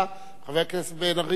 וחבר הכנסת בן-ארי גם הוא רוצה.